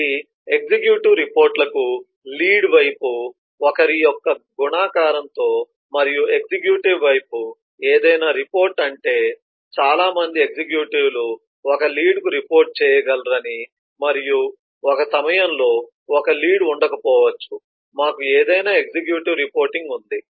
ఇది ఎగ్జిక్యూటివ్ రిపోర్టులకు లీడ్ వైపు ఒకరి యొక్క గుణకారంతో మరియు ఎగ్జిక్యూటివ్ వైపు ఏదైనా రిపోర్టు అంటే చాలా మంది ఎగ్జిక్యూటివ్లు ఒకే లీడ్కు రిపోర్ట్ చేయగలరని మరియు ఒక సమయంలో ఒక లీడ్ ఉండకపోవచ్చు మాకు ఏదైనా ఎగ్జిక్యూటివ్ రిపోర్టింగ్ ఉంది